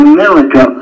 America